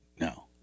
no